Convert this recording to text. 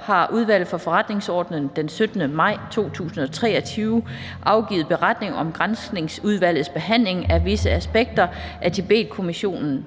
har Udvalget for Forretningsordenen den 17. maj 2023 afgivet: Beretning om Granskningsudvalgets behandling af visse aspekter af Tibetkommission